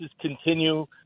continue